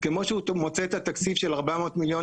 כמו שהוא מוצא את התקציב של 400 מיליון